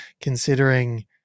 considering